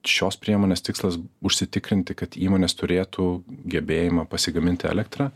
šios priemonės tikslas užsitikrinti kad įmonės turėtų gebėjimą pasigaminti elektrą